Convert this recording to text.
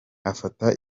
afata